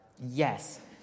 Yes